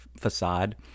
facade